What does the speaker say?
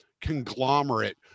conglomerate